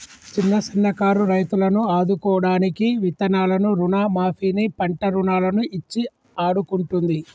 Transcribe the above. చిన్న సన్న కారు రైతులను ఆదుకోడానికి విత్తనాలను రుణ మాఫీ ని, పంట రుణాలను ఇచ్చి ఆడుకుంటుంది